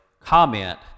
comment